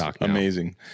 amazing